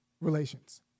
relations